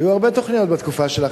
היו הרבה תוכניות בתקופה שלך,